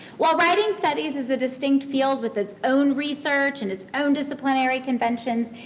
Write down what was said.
while writing studies is a distinct field with its own research and its own disciplinary conventions,